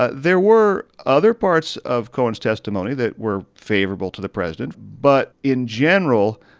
ah there were other parts of cohen's testimony that were favorable to the president. but in general,